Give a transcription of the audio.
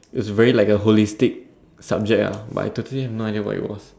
it was very like a holistic subject ah but I totally have no idea what it was